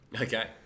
Okay